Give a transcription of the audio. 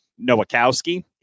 Nowakowski